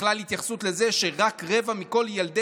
בכלל התייחסות לזה שרק רבע מכל ילדי